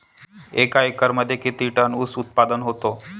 एका एकरमध्ये किती टन ऊस उत्पादन होतो?